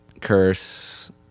curse